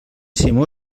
simó